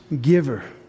giver